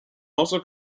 also